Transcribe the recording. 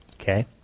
okay